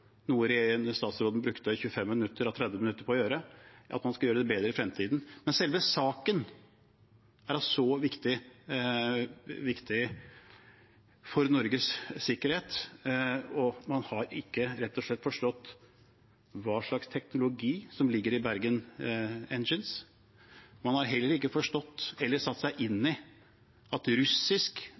noe statsråden brukte 25 av 30 minutter på å gjøre, at man skal gjøre det bedre i fremtiden, men selve saken er så viktig for Norges sikkerhet. Man har rett og slett ikke forstått hva slags teknologi som ligger i Bergen Engines. Man har heller ikke forstått eller satt seg inn i at